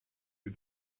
you